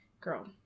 girl